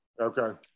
okay